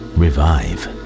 revive